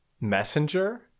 messenger